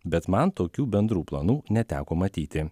bet man tokių bendrų planų neteko matyti